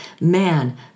Man